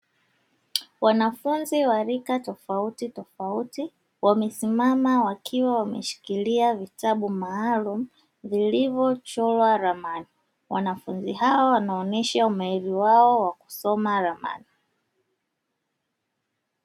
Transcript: Wanafunzi wa rika tofauti tofauti wamesimama wakiwa wameshikilia vitabu maalumu vilivyo chorwa ramani, wanafunzi hao wanaonesha umahiri wao wakusoma ramani.